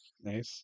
nice